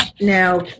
now